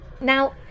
Now